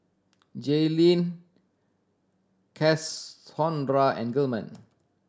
Jayleen and Gilman